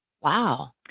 Wow